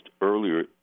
earlier